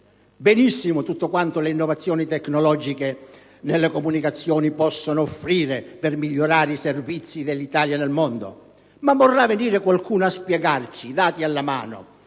benissimo tutto quanto le innovazioni tecnologiche nelle comunicazioni possono offrire per migliorare i servizi dell'Italia nel mondo. Ma vorrà venire qualcuno a spiegarci, dati alla mano,